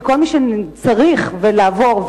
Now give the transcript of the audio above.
שכל מי שצריך לעבור,